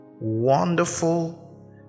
wonderful